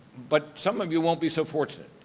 but some of you won't be so fortunate.